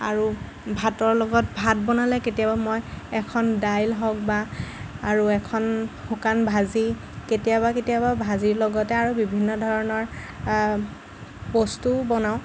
আৰু ভাতৰ লগত ভাত বনালে কেতিয়াবা মই এখন দাইল হওক বা আৰু এখন শুকান ভাজি কেতিয়াবা কেতিয়াবা ভাজিৰ লগতে আৰু বিভিন্ন ধৰণৰ বস্তুও বনাওঁ